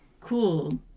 cool